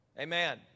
Amen